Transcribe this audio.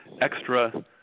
extra